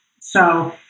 So-